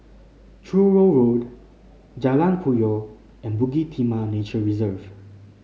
Truro Road Jalan Puyoh and Bukit Timah Nature Reserve